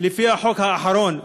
לפי החוק האחרון ב-1%,